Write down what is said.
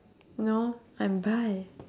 no I'm bi